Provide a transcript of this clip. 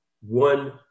one